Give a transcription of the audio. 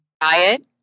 diet